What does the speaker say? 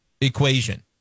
equation